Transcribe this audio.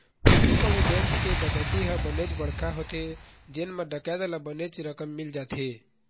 कभू कभू बेंक के डकैती ह बनेच बड़का होथे जेन म डकैत ल बनेच रकम मिल जाथे